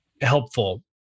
helpful